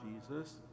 Jesus